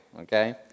okay